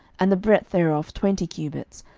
and the breadth thereof twenty cubits,